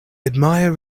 admire